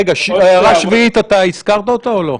רגע, הערה שביעית אתה הזכרת או לא?